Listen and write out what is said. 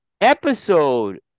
episode